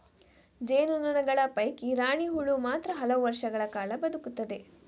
ಜೇನು ನೊಣಗಳ ಪೈಕಿ ರಾಣಿ ಹುಳು ಮಾತ್ರ ಹಲವು ವರ್ಷಗಳ ಕಾಲ ಬದುಕುತ್ತದೆ